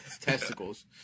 testicles